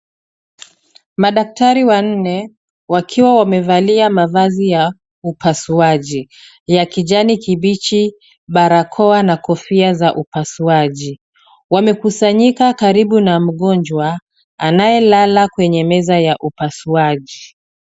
Madaktari wanne wakiwa wamevalia mavazi ya upasuaji; ya kijani kibichi, barakoa na kofia za upasuaji. Wamekusanyika karibu na mgonjwa anayelala kwenye meza ya upasuaji.